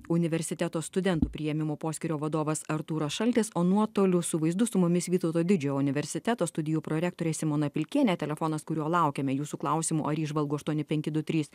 universiteto studentų priėmimo poskyrio vadovas artūras šaltis o nuotoliu su vaizdu su mumis vytauto didžiojo universiteto studijų prorektorė simona pilkienė telefonas kuriuo laukiame jūsų klausimų ar įžvalgų aštuoni penki du trys